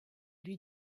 lui